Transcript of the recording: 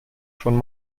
schon